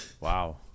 wow